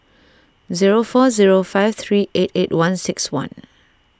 zero four zero five three eight eight one six one